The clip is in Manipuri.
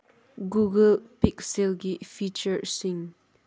ꯒꯨꯒꯜ ꯄꯤꯛꯁꯦꯜꯒꯤ ꯐꯤꯆꯔꯁꯤꯡ